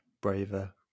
braver